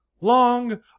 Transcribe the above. long